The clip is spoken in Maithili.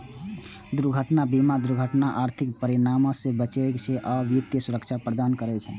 दुर्घटना बीमा दुर्घटनाक आर्थिक परिणाम सं बचबै छै आ वित्तीय सुरक्षा प्रदान करै छै